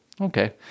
Okay